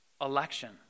Election